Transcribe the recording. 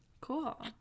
cool